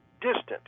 distant